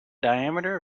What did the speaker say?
diameter